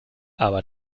aber